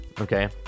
okay